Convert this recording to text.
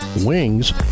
wings